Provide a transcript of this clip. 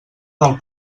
del